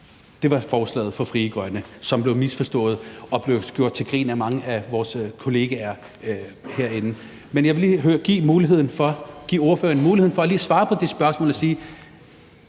Det var forslaget fra Frie Grønne, som blev misforstået og blev gjort til grin af mange af vores kollegaer herinde. Men jeg vil lige give ordføreren muligheden for lige at svare på det spørgsmål.